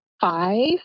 five